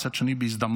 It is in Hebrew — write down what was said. אבל מצד שני בהזדמנות.